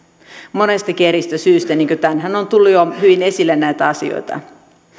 monestakin eri syystä niin kuin tänään on tullut jo hyvin esille näitä asioita